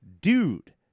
dude